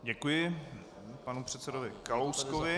Děkuji panu předsedovi Kalouskovi.